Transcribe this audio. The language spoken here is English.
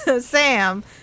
Sam